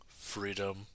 freedom